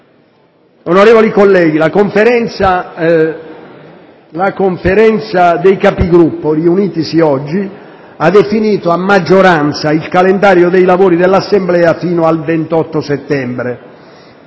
Onorevoli colleghi, la Conferenza dei Capigruppo, riunitasi oggi, ha definito a maggioranza il calendario dei lavori dell'Assemblea fino al 28 settembre.